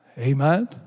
Amen